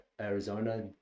Arizona